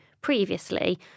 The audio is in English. previously